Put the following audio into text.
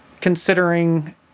considering